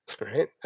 right